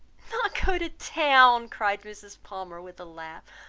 not go to town! cried mrs. palmer, with a laugh,